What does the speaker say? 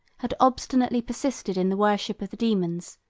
had obstinately persisted in the worship of the daemons,